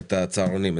את הצהרונים.